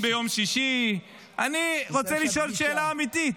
ביום שישי ------- אני רוצה לשאול שאלה אמיתית,